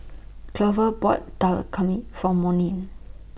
Glover bought Dal For Monnie